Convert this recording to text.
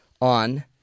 on